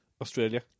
Australia